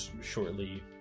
shortly